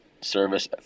service